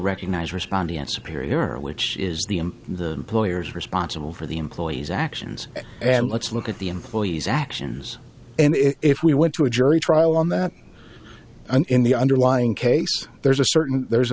recognize responding answer period here which is the i'm the lawyers responsible for the employees actions and let's look at the employees actions and if we went to a jury trial on that and in the underlying case there's a certain there's